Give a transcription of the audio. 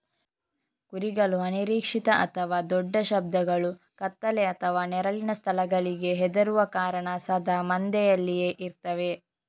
ಕುರಿಗಳು ಅನಿರೀಕ್ಷಿತ ಅಥವಾ ದೊಡ್ಡ ಶಬ್ದಗಳು, ಕತ್ತಲೆ ಅಥವಾ ನೆರಳಿನ ಸ್ಥಳಗಳಿಗೆ ಹೆದರುವ ಕಾರಣ ಸದಾ ಮಂದೆಯಲ್ಲಿಯೇ ಇರ್ತವೆ